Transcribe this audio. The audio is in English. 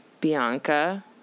Bianca